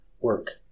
work